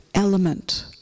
element